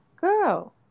girl